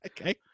Okay